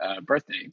birthday